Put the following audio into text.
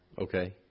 Okay